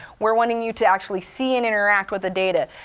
we're wanting you to actually see and interact with the data.